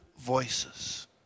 voices